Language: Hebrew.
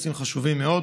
נושאים חשובים מאוד,